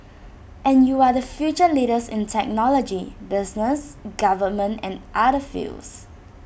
and you are the future leaders in technology business government and other fields